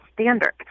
standard